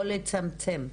או לצמצם.